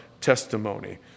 testimony